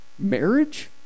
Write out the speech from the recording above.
Marriage